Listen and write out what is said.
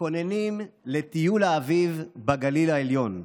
מתכוננים לטיול אביב בגליל העליון.